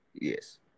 yes